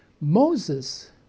Moses